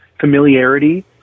familiarity